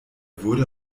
wurde